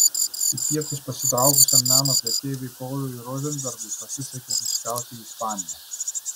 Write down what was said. į pietus pasitraukusiam meno prekeiviui pauliui rozenbergui pasisekė nusigauti į ispaniją